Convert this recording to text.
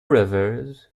rivers